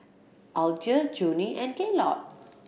Alger Junie and Gaylord